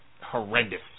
horrendous